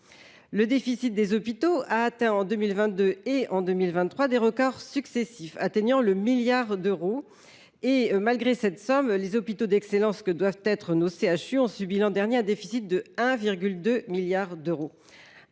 Le déficit des hôpitaux a atteint en 2022 puis en 2023 des records successifs, atteignant le milliard d’euros. Malgré cette somme, les établissements d’excellence que doivent être nos CHU ont enregistré l’an dernier un déficit de 1,2 milliard d’euros.